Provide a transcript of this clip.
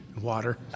Water